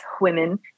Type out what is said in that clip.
women